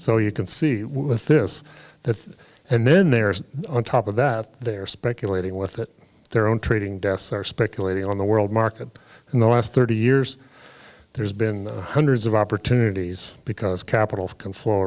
so you can see with this that and then there's on top of that they're speculating with it their own trading desks are speculating on the world market and the last thirty years there's been hundreds of opportunities because capital c